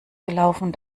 gelaufen